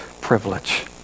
privilege